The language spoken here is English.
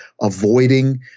avoiding